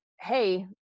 Hey